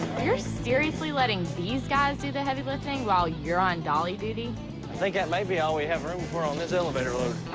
you're seriously letting these guys do the heavy lifting while you're on dolly duty i think that may be all we have room for on this elevator load